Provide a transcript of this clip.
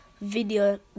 video